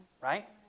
Right